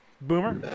Boomer